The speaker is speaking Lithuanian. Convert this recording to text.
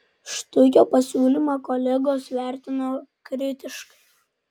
štuikio pasiūlymą kolegos vertino kritiškai